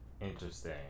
interesting